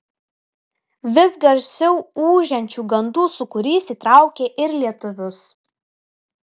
vis garsiau ūžiančių gandų sūkurys įtraukė ir lietuvius